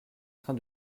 train